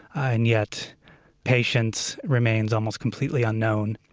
and yet patience remains almost completely unknown.